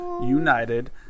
United